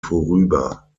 vorüber